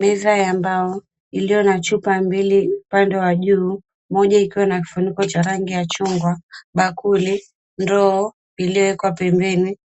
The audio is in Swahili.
Meza ya mbao iliyo chupa mbili upande wa juu, moja ikiwa na kifuniko cha rangi ya chungwa, bakuli, ndoo iliyowekwa pembeni,